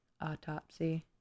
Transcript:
Autopsy